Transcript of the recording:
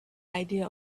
idea